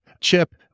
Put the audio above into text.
Chip